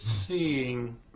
seeing